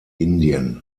indien